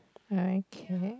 okay